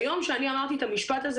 ביום שאני אמרתי את המשפט הזה,